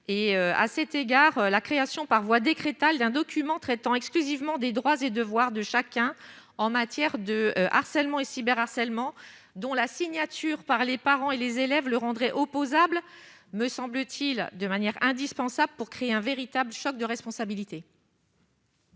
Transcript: à cet égard la création par voie décréta d'un document traitant exclusivement des droits et devoirs de chacun en matière de harcèlement et cyber harcèlement dont la signature par les parents et les élèves le rendre opposable, me semble-t-il de manière indispensable pour créer un véritable choc de responsabilité.